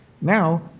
Now